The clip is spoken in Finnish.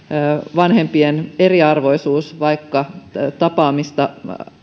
vanhempien eriarvoisuus vaikka tapaamista